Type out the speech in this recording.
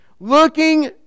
Looking